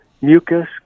Mucus